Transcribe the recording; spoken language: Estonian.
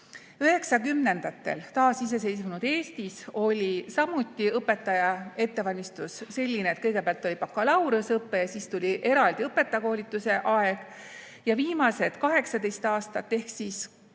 taasiseseisvunud Eestis oli samuti õpetaja ettevalmistus selline, et kõigepealt oli bakalaureuseõpe ja siis tuli eraldi õpetajakoolituse aeg. Ja viimased 18 aastat ehk,